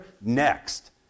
next